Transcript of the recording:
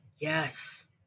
Yes